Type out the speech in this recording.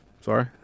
Sorry